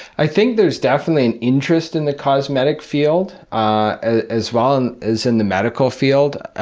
i think there's definitely an interest in the cosmetic field, ah as well um as in the medical field,